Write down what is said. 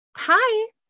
hi